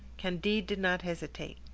candide did not hesitate.